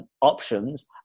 options